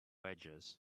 edges